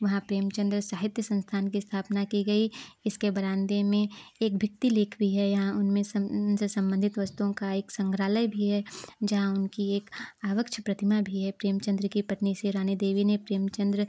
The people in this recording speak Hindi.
वहाँ प्रेमचन्द्र साहित्य संस्थान की स्थापना की गई इसके बरामदे में एक भित्ति लेख भी है यहाँ उनमें उनसे संबंधित वस्तुओं का एक संग्रहालय भी है जहाँ उनकी एक आवक्ष प्रतिमा भी है प्रेमचन्द्र की पत्नी श्री रानी देवी ने प्रेमचन्द्र